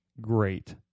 great